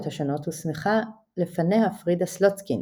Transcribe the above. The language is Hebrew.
השונות הוסמכה לפניה פרידה סלוצקין,